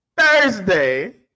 Thursday